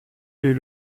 les